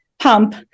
pump